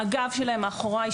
הגב שלהם מאחוריי,